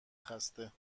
خسته